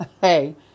hey